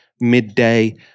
midday